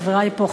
חברי פה,